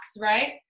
right